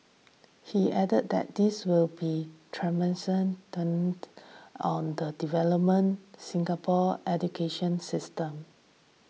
he added that this will be tremendous on the development Singapore's educational system